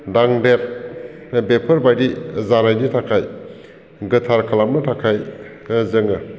दांदेर बेफोरबायदि जानायनि थाखाय गोथार खालामनो थाखाय जोङो